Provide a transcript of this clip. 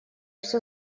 все